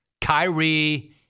Kyrie